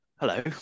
Hello